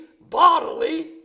bodily